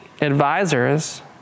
advisors